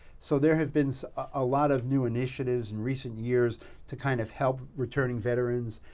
so, there have been a lot of new initiatives in recent years to kind of help returning veterans.